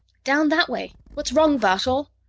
down that way what's wrong, bartol?